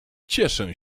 cieszę